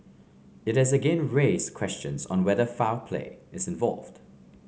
it has again raised questions on whether foul play is involved